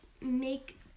make